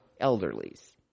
elderlies